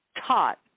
taught